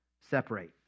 separate